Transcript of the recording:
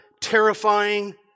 terrifying